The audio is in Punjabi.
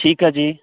ਠੀਕ ਆ ਜੀ